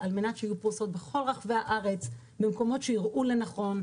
כדי שיהיו פרוסות בכל רחבי הארץ במקומות שיראו לנכון.